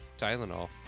Tylenol